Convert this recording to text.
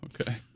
okay